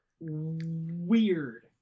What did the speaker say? weird